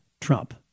Trump